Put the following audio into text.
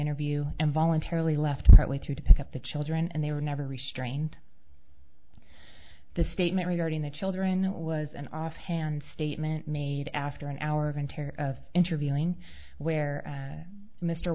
interview and voluntarily left partly to pick up the children and they were never restrained the statement regarding the children was an offhand statement made after an hour of in terror of interviewing where